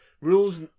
Rules